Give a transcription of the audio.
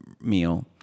meal